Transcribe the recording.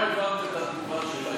את לא הבנת את התגובה שלה.